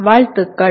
வாழ்த்துக்கள்